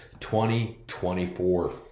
2024